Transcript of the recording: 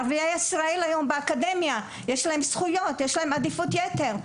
ערביי ישראל מגיעים לאקדמיה ומקבלים עדיפות וזכויות יתר,